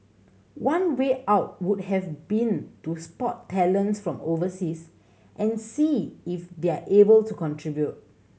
one way out would have been to spot talents from overseas and see if they're able to contribute